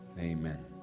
Amen